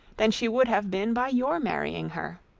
than she would have been by your marrying her.